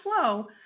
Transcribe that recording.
flow